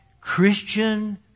Christian